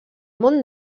món